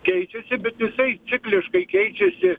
keičiasi bet jisai cikliškai keičiasi